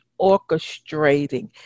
orchestrating